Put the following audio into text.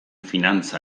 finantza